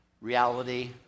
reality